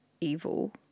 evil